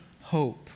hope